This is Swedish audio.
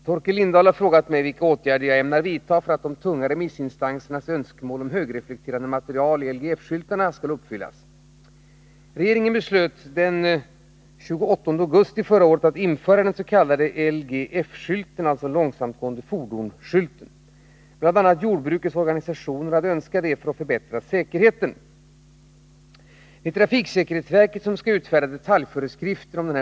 Herr talman! Torkel Lindahl har frågat mig vilka åtgärder jag ämnar vidta för att de tunga remissinstansernas önskemål om högreflekterande material i LGF-skyltarna skall uppfyllas. Regeringen beslöt den 28 augusti förra året att införa den s.k. LGF-skylten för långsamtgående fordon. Bl. a. jordbrukets organisationer hade önskat detta för att förbättra säkerheten. Det är trafiksäkerhetsverket som skall utfärda detaljföreskrifter om skylten.